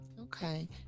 Okay